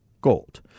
gold